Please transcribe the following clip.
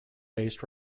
based